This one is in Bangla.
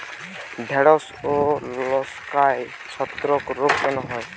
ঢ্যেড়স ও লঙ্কায় ছত্রাক রোগ কেন হয়?